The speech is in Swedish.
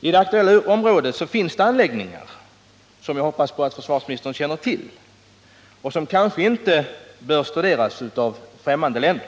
I det aktuella området finns anläggningar — vilket vi hoppas försvarsministern känner till — som kanske inte bör studeras av främmande länder.